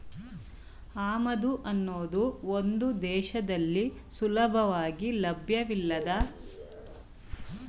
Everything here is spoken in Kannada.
ಆಮದು ಅನ್ನೋದು ಒಂದು ದೇಶದಲ್ಲಿ ಸುಲಭವಾಗಿ ಲಭ್ಯವಿಲ್ಲದ ಉತ್ಪನ್ನಗಳನ್ನು ಪಡೆಯಲು ಬಳಸುವ ವಿಧಾನವಾಗಯ್ತೆ